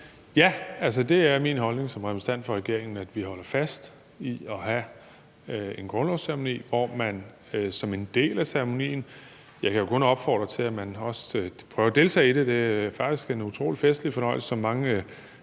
Ja, det er min holdning som repræsentant for regeringen, at vi holder fast i at have en grundlovsceremoni, hvor man som en del af ceremonien udveksler håndtryk. Jeg kan kun opfordre til, at man prøver at deltage i det; det er faktisk en utrolig festlig og fornøjelig seance, som mange